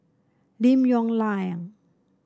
Lim Yong Liang